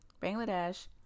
Bangladesh